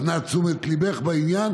אז נא תשומת ליבך לעניין.